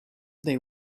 they